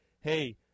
hey